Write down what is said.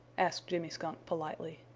asked jimmy skunk, politely.